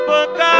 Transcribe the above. book